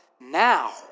now